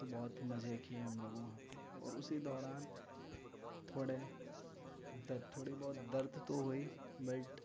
تو بہت مزے کیے ہم لوگ وہاں پہ اور اسی دوران تھوڑے درد تھوڑی بہت درد تو ہوئی بٹ